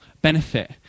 benefit